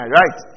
right